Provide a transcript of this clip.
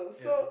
yeah